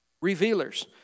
Revealers